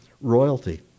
royalty